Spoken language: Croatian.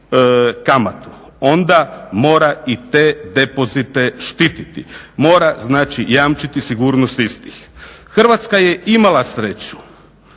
kamatu onda mora i te depozite štititi, mora znači jamčiti sigurnost istih. Hrvatska je imala sreću,